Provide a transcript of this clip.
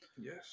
yes